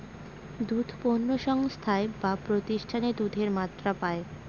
দুধ পণ্য সংস্থায় বা প্রতিষ্ঠানে দুধের মাত্রা পায়